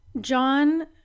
John